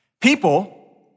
People